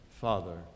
Father